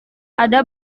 ada